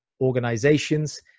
organizations